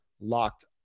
locked